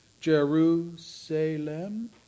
Jerusalem